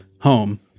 home